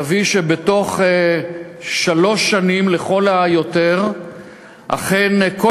יביא לכך שבתוך שלוש שנים לכל היותר אכן כל